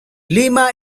lima